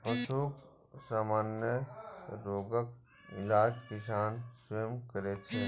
पशुक सामान्य रोगक इलाज किसान स्वयं करै छै